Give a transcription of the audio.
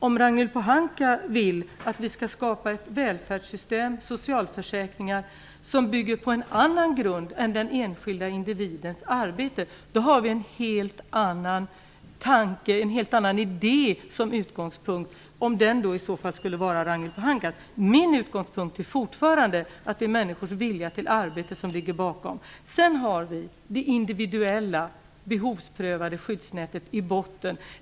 Om Ragnhild Pohanka vill att vi skall skapa ett välfärdssystem med socialförsäkringar som bygger på en annan grund än den enskilda individens arbete har vi en helt annan idé som utgångspunkt. Min utgångspunkt är fortfarande att det är människors vilja till arbete som ligger bakom. Det individuella behovsprövade skyddsnätet ligger i botten.